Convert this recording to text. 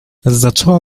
zaczęło